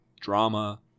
Drama